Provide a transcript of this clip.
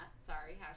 sorry